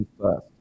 first